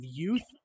youth